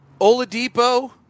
Oladipo